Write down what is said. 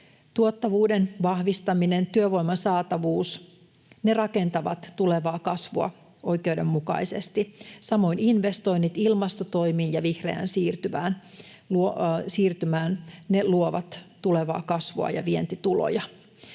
Tuottavuuden vahvistaminen ja työvoiman saatavuus rakentavat tulevaa kasvua oikeudenmukaisesti. Samoin investoinnit ilmastotoimiin ja vihreään siirtymään luovat tulevaa kasvua ja vientituloja.